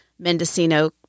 Mendocino